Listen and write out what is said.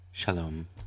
Shalom